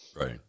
Right